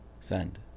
Send